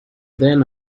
then